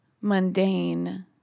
mundane